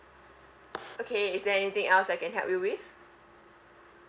okay is there anything else I can help you with